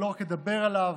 לא רק לדבר עליו,